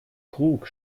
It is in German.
krug